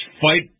fight